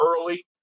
early